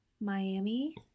Miami